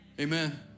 Amen